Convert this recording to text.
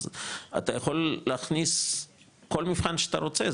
אתה יכול להכניס כל מבחן שאתה רוצה,